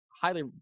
highly